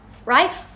Right